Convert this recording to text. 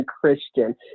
Christian